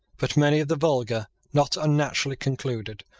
but many of the vulgar not unnaturally concluded,